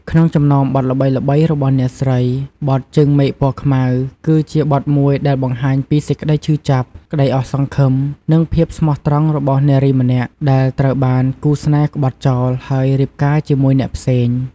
ក្នុងចំណោមបទល្បីៗរបស់អ្នកស្រី បទ ជើងមេឃពណ៌ខ្មៅ គឺជាបទមួយដែលបង្ហាញពីសេចក្តីឈឺចាប់ ក្តីអស់សង្ឃឹម និងភាពស្មោះត្រង់របស់នារីម្នាក់ដែលត្រូវបានគូស្នេហ៍ក្បត់ចោល ហើយរៀបការជាមួយអ្នកផ្សេង។